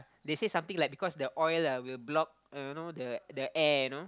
they say something like because the oil will block I don't know the the air you know